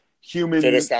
human